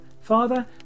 father